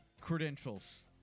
credentials